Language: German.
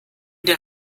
der